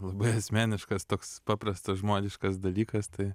labai asmeniškas toks paprastas žmogiškas dalykas tai